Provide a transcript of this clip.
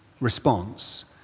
response